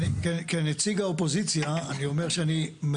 כנציג האופוזיציה אני אומר שאני,